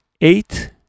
eight